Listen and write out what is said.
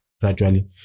gradually